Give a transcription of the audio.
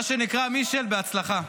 מה שנקרא, מישל, בהצלחה.